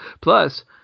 Plus